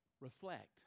reflect